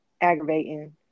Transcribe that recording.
aggravating